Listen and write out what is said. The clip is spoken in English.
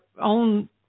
own